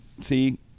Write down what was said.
see